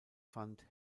fand